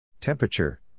Temperature